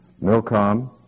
Milcom